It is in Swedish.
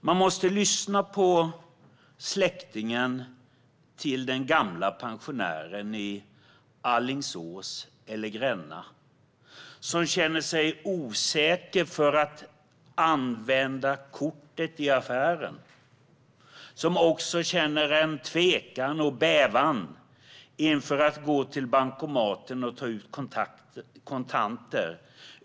Vi måste lyssna på släktingen till den gamla pensionären i Alingsås eller Gränna, som känner sig osäker inför att använda kortet i affären och som också känner en tvekan och bävan inför att gå till bankomaten och ta ut kontanter.